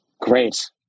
Great